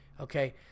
Okay